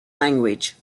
language